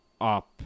up